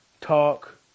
talk